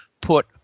put